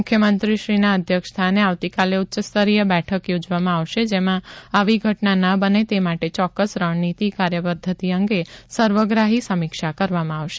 મુખ્યમંત્રીશ્રી ના અધ્યક્ષ સ્થાને આવતીકાલે ઉચ્ચસ્તરીય બેઠક યોજવામાં આવશે જેમાં આવી ઘટના ના બને તે માટે ચોક્કસ રણનીતિ કાર્યપદ્ધતિ અંગે સર્વગ્રાહી સમીક્ષા કરવામાં આવશે